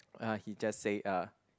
uh he just say uh